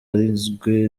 arinzwe